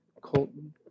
Colton